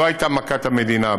זו הייתה מכת מדינה,